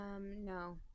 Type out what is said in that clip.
No